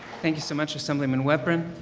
thank you so much assemblyman weprin.